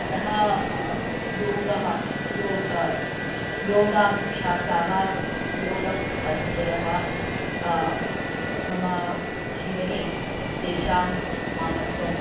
अतः योगः यो योगाभ्यासाः योगपद्धतयः मम जीवने तेषां महत्त्वं